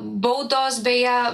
baudos beje